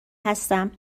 هستم